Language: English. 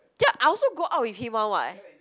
ya I also go out with him [one] [what]